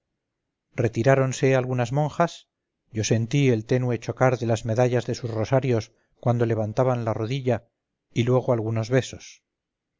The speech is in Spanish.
forma retiráronse algunas monjas yo sentí el tenue chocar de las medallas de sus rosarios cuando levantaban la rodilla y luego algunos besos